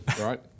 right